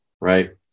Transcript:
right